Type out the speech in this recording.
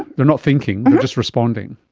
they're not thinking, they're just responding.